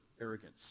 arrogance